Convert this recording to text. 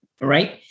right